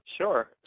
Sure